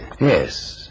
Yes